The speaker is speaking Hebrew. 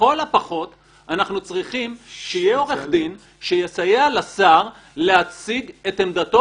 לכל הפחות אנחנו צריכים שיהיה עורך דין שיסייע לשר להציג את עמדתו,